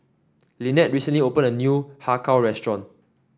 Lynnette recently opened a new Har Kow restaurant